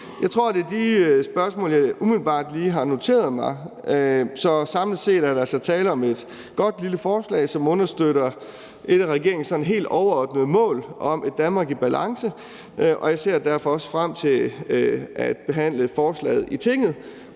Jeg tror, det er de spørgsmål, jeg lige umiddelbart har noteret mig. Samlet set er der altså tale om et godt lille forslag, som understøtter et af regeringens sådan helt overordnede mål om et Danmark i balance, og jeg ser derfor også frem til at behandle forslaget i Tinget.